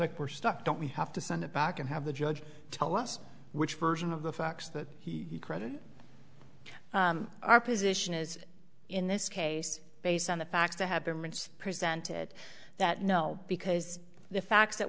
like we're stuck don't we have to send it back and have the judge tell us which version of the facts that he credit our position is in this case based on the facts to have been presented that no because the facts that